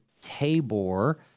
Tabor